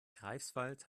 greifswald